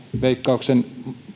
veikkauksen